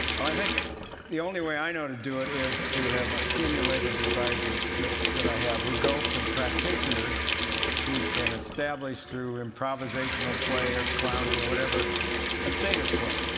i think the only way i know to do it is to have accumulated the advisers that that i have who go from practitioners who can establish through improvisational play or clowning or whatever a state of play.